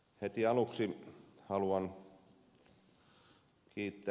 heti aluksi haluan kiittää ed